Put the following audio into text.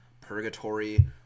Purgatory